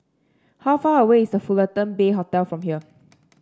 how far away is The Fullerton Bay Hotel from here